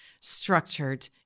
structured